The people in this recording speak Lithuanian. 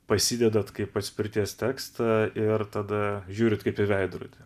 pasidedat kaip atspirties tekstą ir tada žiūrit kaip į veidrodį